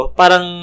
parang